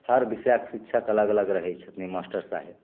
हर विषयके शिक्षक अलग अलग रहै छथिन मासटर साहेब